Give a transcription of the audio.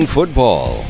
Football